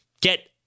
get